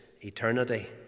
eternity